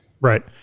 Right